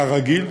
כרגיל,